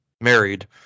married